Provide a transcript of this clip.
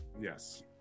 Yes